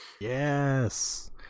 Yes